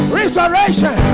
restoration